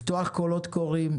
לפתוח קולות קוראים,